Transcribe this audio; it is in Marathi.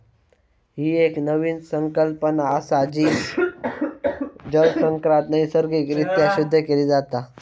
ही एक नवीन संकल्पना असा, जी जलचक्रात नैसर्गिक रित्या शुद्ध केली जाता